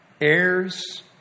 Heirs